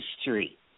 street